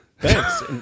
Thanks